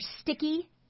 sticky